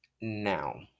Now